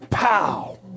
Pow